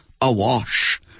awash